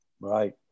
Right